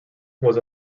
was